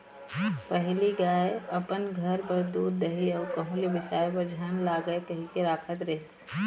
पहिली गाय अपन घर बर दूद, दही अउ कहूँ ले बिसाय बर झन लागय कहिके राखत रिहिस